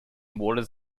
waters